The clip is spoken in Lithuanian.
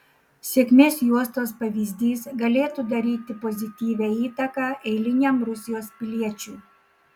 sėkmės juostos pavyzdys galėtų daryti pozityvią įtaką eiliniam rusijos piliečiui